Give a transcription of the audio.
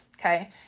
Okay